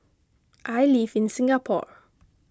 I live in Singapore